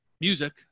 music